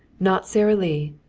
not sara lee,